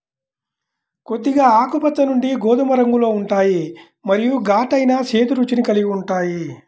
కొద్దిగా ఆకుపచ్చ నుండి గోధుమ రంగులో ఉంటాయి మరియు ఘాటైన, చేదు రుచిని కలిగి ఉంటాయి